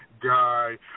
Guy